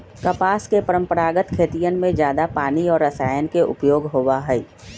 कपास के परंपरागत खेतियन में जादा पानी और रसायन के उपयोग होबा हई